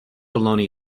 baloney